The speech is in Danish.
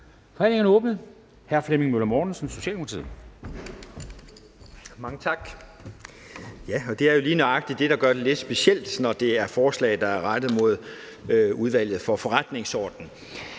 Forhandlingen er åbnet. Hr. Flemming Møller Mortensen, Socialdemokratiet.